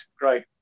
Great